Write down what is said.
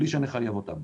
בלי שנחייב אותם.